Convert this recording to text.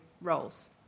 roles